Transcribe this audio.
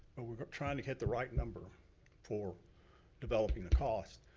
but we're trying to get the right number for developing a cost.